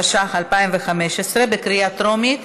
התשע"ה 2015, בקריאה טרומית.